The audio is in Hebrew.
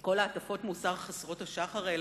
כל הטפות המוסר חסרות השחר האלה.